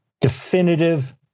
definitive